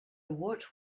woot